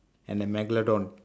and a megalodon